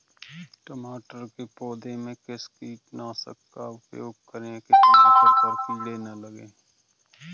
टमाटर के पौधे में किस कीटनाशक का उपयोग करें कि टमाटर पर कीड़े न लगें?